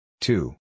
Two